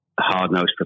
hard-nosed